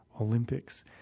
Olympics